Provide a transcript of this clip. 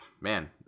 man